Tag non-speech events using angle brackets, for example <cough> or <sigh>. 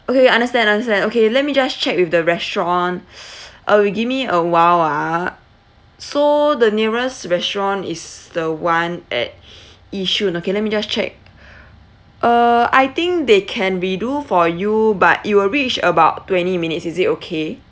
okay understand understand okay let me just check with the restaurant <noise> uh you give me a while ah so the nearest restaurant is the one at yishun okay let me just check uh I think they can redo for you but it will reach about twenty minutes is it okay